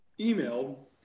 email